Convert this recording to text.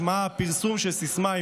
השמעה או פרסום של סיסמה,